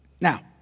Now